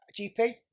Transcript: GP